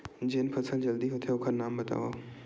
जेन फसल जल्दी होथे ओखर नाम बतावव?